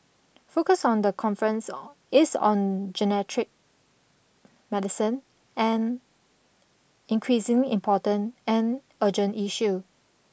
focus of the conference is on medicine an increasingly important and urgent issue